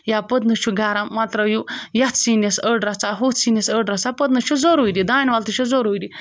یا پُدنہٕ چھُ گَرَم وَ ترٛٲیِو یَتھ سِنِس أڑ رَژھا ہُتھ سِنِس أڑ رَژھا پٔدنہِ چھِ ضروٗری دانہِ وَل تہِ چھِ ضروٗری